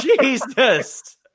jesus